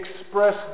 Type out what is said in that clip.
express